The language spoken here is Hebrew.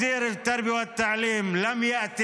שר החינוך לא הגיע